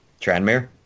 Tranmere